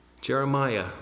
Jeremiah